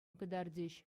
кӑтартӗҫ